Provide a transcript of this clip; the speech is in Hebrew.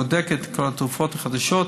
היא בודקת את כל התרופות החדשות,